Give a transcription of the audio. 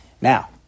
Now